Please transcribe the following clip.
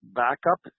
backup